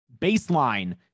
baseline